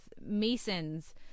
Mason's